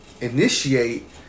initiate